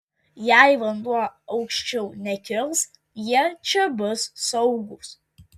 jei vanduo aukščiau nekils jie čia bus saugūs